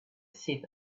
see